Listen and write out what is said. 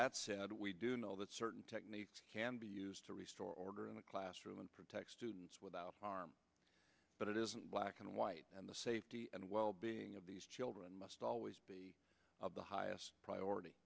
that said we do know that certain techniques can be used to restore order in the classroom and protect students without harm but it isn't black and white and the safety and well being of these children must always be of the highest priority